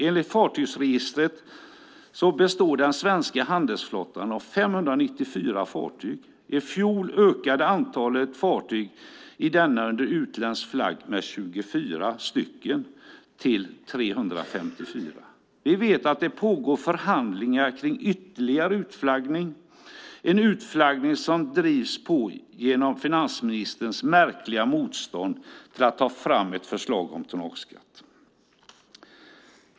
Enligt fartygsregistret består den svenska handelsflottan av 594 fartyg, och i fjol ökade antalet fartyg i denna under utländsk flagg med 24 till 354. Vi vet att det pågår förhandlingar kring ytterligare utflaggning - en utflaggning som drivs på genom finansministerns märkliga motstånd mot att ta fram ett förslag om tonnageskatt.